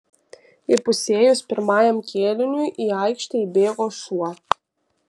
įpusėjus pirmajam kėliniui į aikštę įbėgo šuo